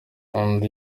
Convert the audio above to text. undi